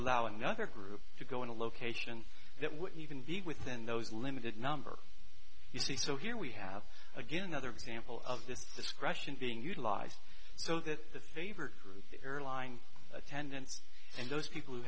allow another group to go in a location that would even be within those limited number you see so here we have again another example of this discretion being utilized so that the favored group the airline attendants and those people who